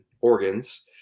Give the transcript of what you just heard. organs